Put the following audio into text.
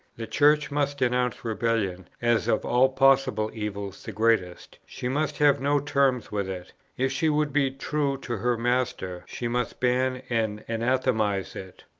the church must denounce rebellion as of all possible evils the greatest. she must have no terms with it if she would be true to her master, she must ban and anathematize it.